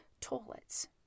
toilets